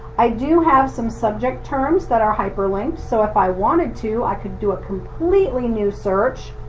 i do have some subject terms that are hyperlinked so if i wanted to i could do a completely new search,